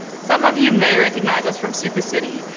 some of you may recognize us from supercity.